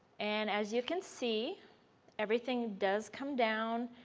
and as you can see everything does come down,